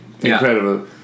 incredible